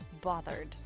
bothered